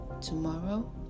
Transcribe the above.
tomorrow